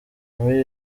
muri